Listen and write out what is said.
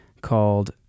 called